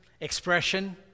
expression